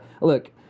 Look